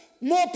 more